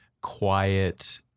quiet